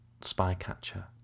Spycatcher